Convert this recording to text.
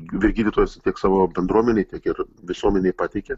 vyr gydytojas tiek savo bendruomenei tiek ir visuomenei pateikė